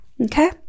Okay